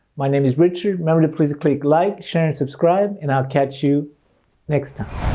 my name is richard. remember to please click like, share and subscribe, and i'll catch you next time.